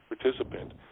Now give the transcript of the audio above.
participant